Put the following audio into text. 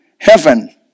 heaven